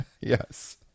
Yes